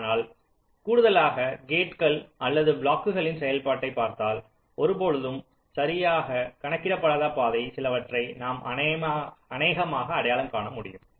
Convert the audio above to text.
ஆனால் கூடுதலாக கேட்கள் அல்லது பிளாக்களின் செயல்பாட்டைப் பார்த்தால் ஒருபொழுதும் சரியாக காணப்படாத பாதை சிலவற்றை நாம் அநேகமாக அடையாளம் காண முடியும்